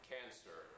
Cancer